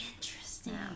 Interesting